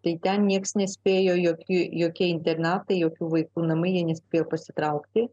tai ten niekas nespėjo jokių jokie internatai jokių vaikų namai ji nespėjo pasitraukti